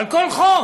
על כל חוק,